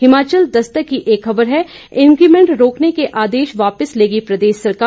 हिमाचल दस्तक की एक खबर है इंकीमेंट रोकने के आदेश वापिस लेगी प्रदेश सरकार